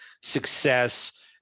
success